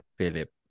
Philip